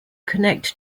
connect